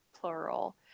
plural